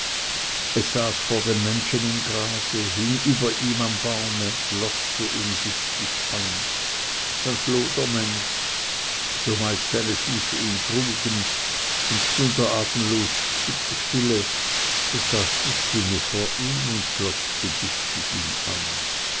es saß vor dem menschen im grase hing über ihm am baume glotzte giftig ihn an dann floh der mensch so weit seine füße ihn trugen und stund er atemlos stille so saß die spinne vor ihm und glotzte giftig ihn an